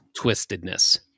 Twistedness